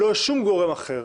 לא שום גורם אחר.